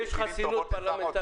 לי יש חסינות פרלמנטרית.